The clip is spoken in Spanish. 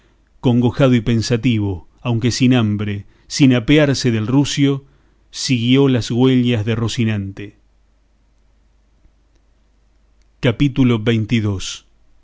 congojado y pensativo aunque sin hambre sin apearse del rucio siguió las huellas de rocinante capítulo